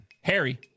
Harry